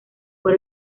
por